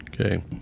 okay